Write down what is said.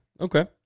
okay